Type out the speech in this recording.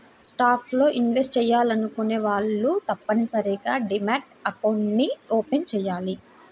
stocks లో invest చెయ్యాలనుకునే వాళ్ళు తప్పనిసరిగా డీమ్యాట్ అకౌంట్ని ఓపెన్ చెయ్యాలి